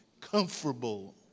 comfortable